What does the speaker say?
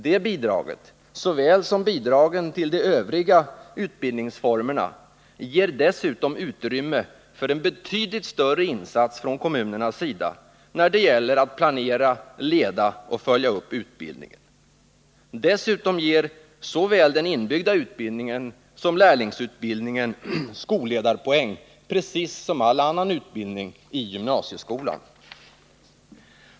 Det bidraget, såväl som bidragen till de övriga utbildningsformerna, ger dessutom utrymme för en betydligt större insats från kommunernas sida när det gäller att planera, leda och följa upp utbildningen. Dessutom ger såväl den inbyggda utbildningen som lärlingsutbildningen ”skolledarpoäng”, precis som all annan utbildning i gymnasieskolan.